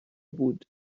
بود